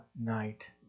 night